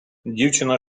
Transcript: дівчина